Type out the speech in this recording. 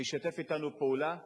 שישתף אתנו פעולה,